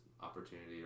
opportunity